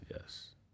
Yes